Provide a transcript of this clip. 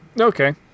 Okay